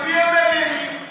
בוודאי, עורכי דין פליליים,